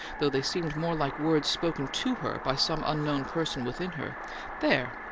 though they seemed more like words spoken to her by some unknown person within her there!